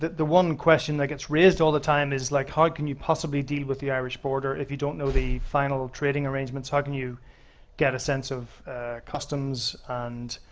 the one question that gets raised all the time is like how can you possibly deal with the irish border if you don't know the final trading arrangements? how can you get a sense of customs, and